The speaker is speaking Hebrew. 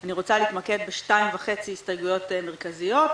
אני רוצה להתמקד בשתיים וחצי הסתייגויות מרכזיות.